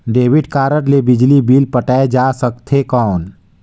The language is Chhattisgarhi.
डेबिट कारड ले बिजली बिल पटाय जा सकथे कौन?